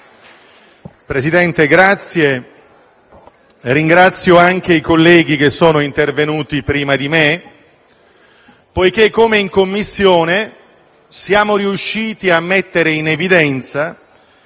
Presidente, desidero ringraziare i colleghi che sono intervenuti prima di me, poiché, come in Commissione, siamo riusciti a mettere in evidenza